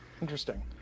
Interesting